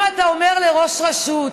אם אתה אומר לראש רשות: